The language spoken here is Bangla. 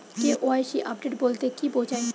কে.ওয়াই.সি আপডেট বলতে কি বোঝায়?